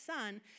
son